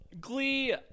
Glee